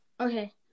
Okay